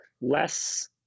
less